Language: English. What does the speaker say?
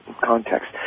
context